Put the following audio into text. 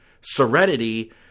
Serenity